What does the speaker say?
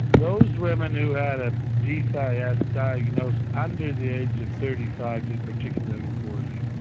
those women who had a dcis ah yeah diagnosed under the age of thirty five did particularly poorly.